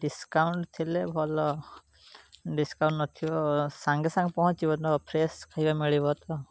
discount ଥିଲେ ଭଲ discount ନଥିବ ସାଙ୍ଗେସାଙ୍ଗେ ପହଞ୍ଚିବତ ଫ୍ରେଶ୍ ଖାଇବା ମିଳିଵ ତ